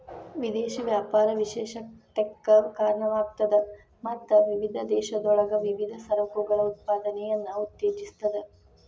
ವಿದೇಶಿ ವ್ಯಾಪಾರ ವಿಶೇಷತೆಕ್ಕ ಕಾರಣವಾಗ್ತದ ಮತ್ತ ವಿವಿಧ ದೇಶಗಳೊಳಗ ವಿವಿಧ ಸರಕುಗಳ ಉತ್ಪಾದನೆಯನ್ನ ಉತ್ತೇಜಿಸ್ತದ